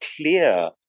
clear